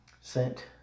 sent